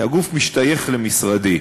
הגוף משתייך למשרדי.